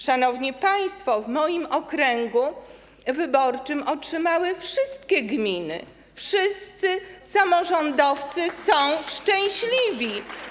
Szanowni państwo, w moim okręgu wyborczym wsparcie otrzymały wszystkie gminy, wszyscy samorządowcy są szczęśliwi.